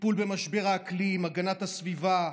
טיפול במשבר האקלים, הגנת הסביבה,